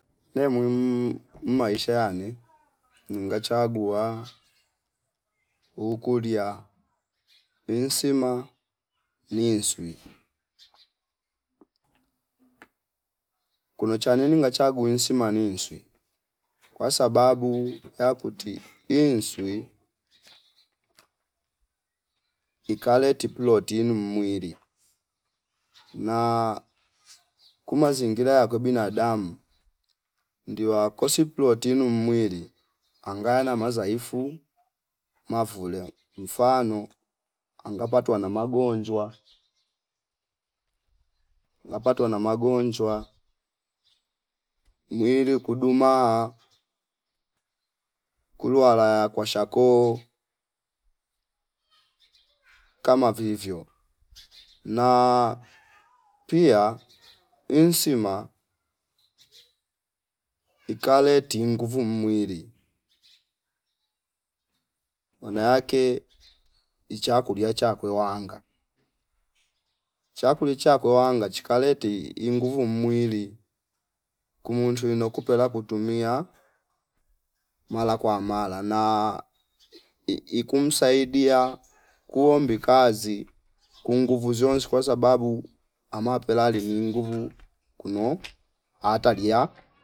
Ne muhimu mmaisha yane ninga chagua ukulia insima niinswi kuno chaneni ngachegue insima ninswi kwasababu yakuti iinswi ikaleti ploti mwili na kumazingira yakwe binadamu ndiwa akosi plotinu mwili anga na mazaifu mavulea mfano anga patwa na magonjwa, mwili kuduma, kulo walaya kwashako kama vivyo na pia insima ikaleti nguvu mwili maana ake ichakulia chakwe wanga chakulia chakwe wanga chikaleti inguvu mwili kumndwino kupela kutumia mala kwa mala na i- ikumsaidia kuombi kazi kunguvu zionsi kwasababu amapela linyi nguvu kuno atadia